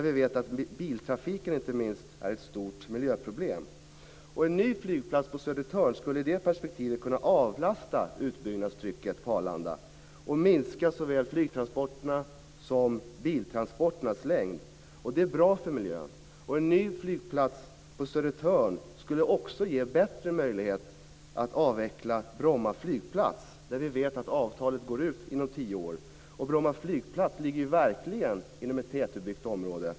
Vi vet att inte minst biltrafiken är ett stort miljöproblem. En ny flygplats på Södertörn skulle i det perspektivet kunna avlasta utbyggnadstrycket på Arlanda och minska såväl flygtransporterna som biltransporternas längd. Det är bra för miljön. En ny flygplats på Södertörn skulle också ge bättre möjlighet att avveckla Bromma flygplats. Vi vet att avtalet går ut inom tio år. Bromma flygplats ligger verkligen inom ett tättbebyggt område.